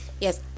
Yes